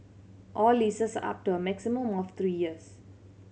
all leases up to a maximum of three years